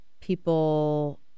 people